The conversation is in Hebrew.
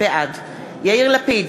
בעד יאיר לפיד,